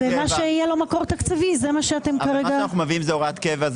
מה שאנחנו מביאים זה הוראת קבע.